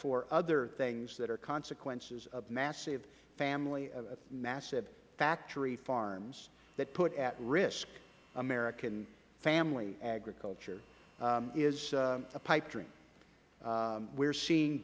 for other things that are consequences of massive family massive factory farms that put at risk american family agriculture is a pipe dream we are seeing